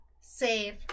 save